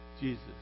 Jesus